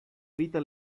rita